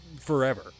forever